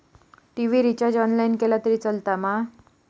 TV recharge online केला तरी चलात मा?